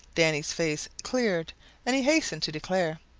danny's face cleared and he hastened to declare,